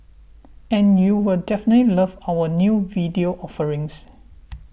and you'll definitely love our new video offerings